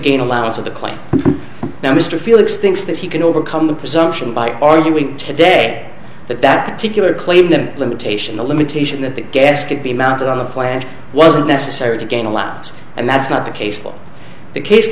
gain allowance of the claim now mr felix thinks that he can overcome the presumption by arguing today that that particular claim the limitation the limitation that the gas could be mounted on a flat wasn't necessary to gain allowance and that's not the case law the case